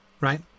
right